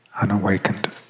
unawakened